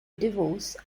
divorce